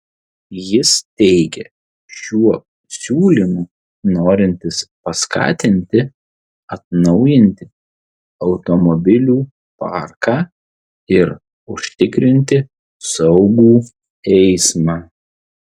jis teigia šiuo siūlymu norintis paskatinti atnaujinti automobilių parką ir užtikrinti saugų eismą